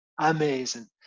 amazing